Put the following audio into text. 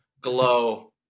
glow